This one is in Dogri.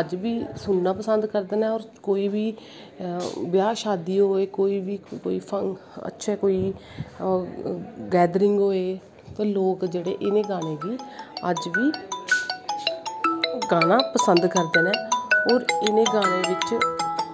अज्ज बी सुनना पसंद करदे नै और कोई बी ब्याह् शादी होऐ कोई बी अच्छी कोई गैदरिंग होए तो लोग जेह्ड़े इनें गानें गी अज बी गानां पसंद करदे नै और इनें गानें बिच्च